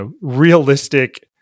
realistic